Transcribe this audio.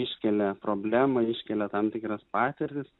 iškelia problemą iškelia tam tikras patirtis